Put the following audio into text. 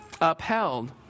upheld